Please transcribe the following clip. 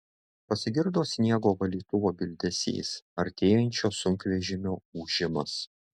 pasigirdo sniego valytuvo bildesys artėjančio sunkvežimio ūžimas